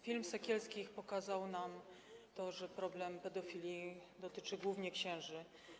Film Sekielskich pokazał nam to, że problem pedofilii dotyczy głównie księży.